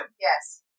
Yes